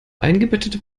eingebettete